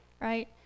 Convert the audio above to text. right